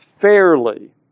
fairly